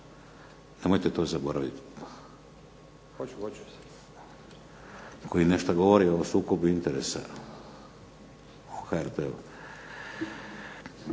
Nemojte to zaboraviti, koji nešto govori o sukobu interesa u HRT-u.